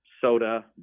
soda